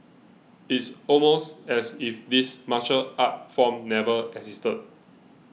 it's almost as if this martial art form never existed